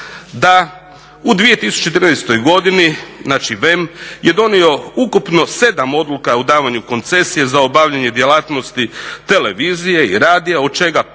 da u 2013.godini znači VEM je donio ukupno 7 odluka o davanju koncesija za obavljanje djelatnosti televizije i radija od čega 5